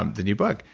um the new book.